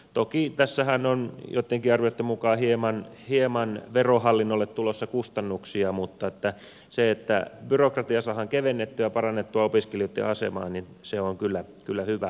tokihan tässä on joittenkin arvioitten mukaan verohallinnolle tulossa hieman kustannuksia mutta se että byrokratiaa saadaan kevennettyä parannettua opiskelijoitten asemaa se on kyllä hyvä puoli siinä